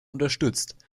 unterstützt